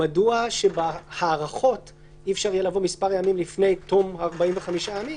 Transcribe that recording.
מדוע שבהארכות אי-אפשר יהיה לבוא מספר ימים לפני תום 45 הימים,